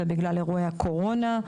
בגלל אירועי הקורונה.